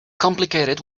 complicated